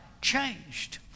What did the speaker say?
changed